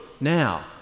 now